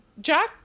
Jack